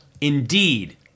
indeed